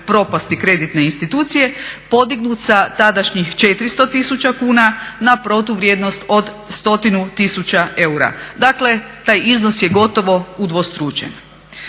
propasti kreditne institucije podignut sa tadašnjih 400 tisuća kuna na protuvrijednost od stotinu tisuća eura. Dakle taj iznos je gotovo udvostručen.